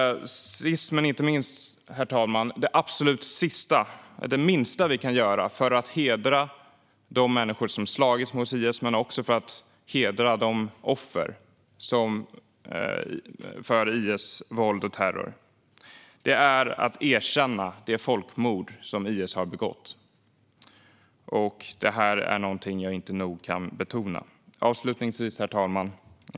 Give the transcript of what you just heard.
Herr talman! Det absolut minsta vi kan göra för att hedra människor som har slagits mot IS och för att hedra offren för IS våld och terror är att erkänna det folkmord som IS har begått. Det är något jag inte nog kan betona. Herr talman!